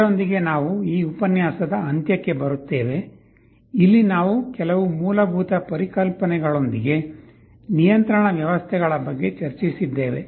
ಇದರೊಂದಿಗೆ ನಾವು ಈ ಉಪನ್ಯಾಸದ ಅಂತ್ಯಕ್ಕೆ ಬರುತ್ತೇವೆ ಇಲ್ಲಿ ನಾವು ಕೆಲವು ಮೂಲಭೂತ ಪರಿಕಲ್ಪನೆಗಳೊಂದಿಗೆ ನಿಯಂತ್ರಣ ವ್ಯವಸ್ಥೆಗಳ ಬಗ್ಗೆ ಚರ್ಚಿಸಿದ್ದೇವೆ